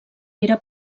era